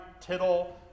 tittle